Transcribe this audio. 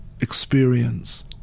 experience